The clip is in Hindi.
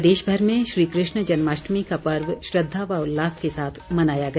प्रदेशभर में श्रीकृष्ण जन्माष्टमी का पर्व श्रद्धा व उल्लास के साथ मनाया गया